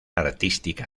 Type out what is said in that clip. artística